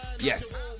Yes